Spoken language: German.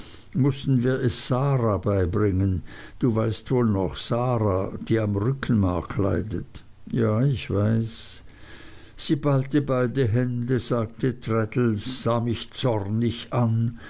mußten wir es sara beibringen du weißt wohl noch sara die am rückenmark leidet ja ich weiß sie ballte beide hände sagte traddles sah mich zornig an